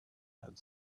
had